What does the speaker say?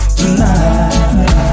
tonight